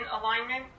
alignment